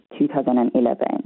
2011